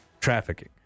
trafficking